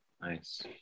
Nice